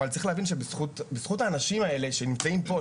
אבל צריך להבין שבזכות האנשים האלה שנמצאים פה,